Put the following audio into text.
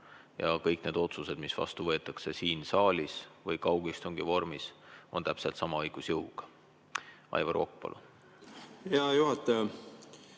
ja kõik need otsused, mis vastu võetakse siin saalis või kaugistungi vormis, on täpselt sama õigusjõuga. Aivar Kokk, palun!